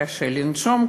קשה לנשום,